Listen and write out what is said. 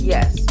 Yes